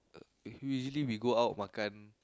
we we usually we go out makan